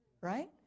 Right